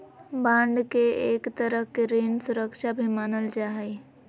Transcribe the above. bond के एक तरह के ऋण सुरक्षा भी मानल जा हई